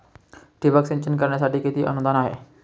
ठिबक सिंचन करण्यासाठी किती अनुदान आहे?